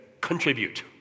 contribute